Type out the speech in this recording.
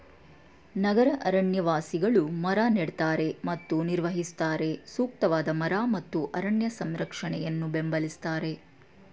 ನಗರ ಅರಣ್ಯವಾಸಿಗಳು ಮರ ನೆಡ್ತಾರೆ ಮತ್ತು ನಿರ್ವಹಿಸುತ್ತಾರೆ ಸೂಕ್ತವಾದ ಮರ ಮತ್ತು ಅರಣ್ಯ ಸಂರಕ್ಷಣೆಯನ್ನು ಬೆಂಬಲಿಸ್ತಾರೆ